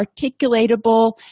articulatable